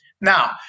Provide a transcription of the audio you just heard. Now